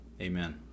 Amen